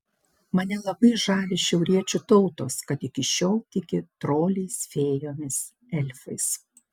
mane labai žavi šiauriečių tautos kad iki šiol tiki troliais fėjomis elfais